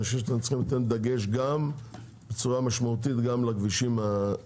אני חושב שאתם צריכים לתת דגש בצורה משמעותית גם לכבישים האלה,